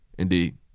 Indeed